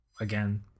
again